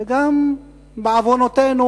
בעוונותינו,